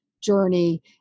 journey